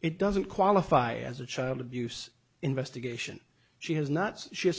it doesn't qualify as a child abuse investigation she has not she